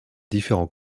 différents